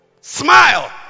Smile